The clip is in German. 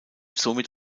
somit